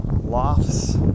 lofts